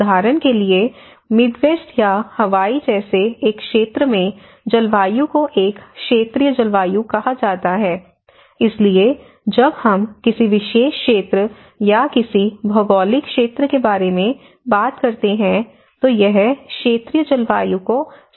उदाहरण के लिए मिडवेस्ट या हवाई जैसे एक क्षेत्र में जलवायु को एक क्षेत्रीय जलवायु कहा जाता है इसलिए जब हम किसी विशेष क्षेत्र या किसी भौगोलिक क्षेत्र के बारे में बात करते हैं तो यह क्षेत्रीय जलवायु को संदर्भित करता है